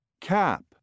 Cap